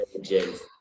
James